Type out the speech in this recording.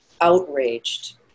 outraged